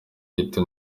gito